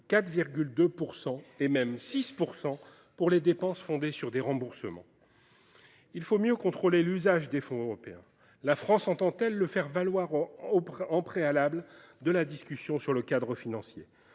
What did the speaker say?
4,2 %, et même 6 % pour les dépenses fondées sur des remboursements. Il faut mieux contrôler l’usage des fonds européens. La France entend-elle le faire valoir en préalable à la discussion sur le cadre financier ?